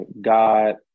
God